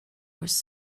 was